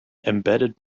embedded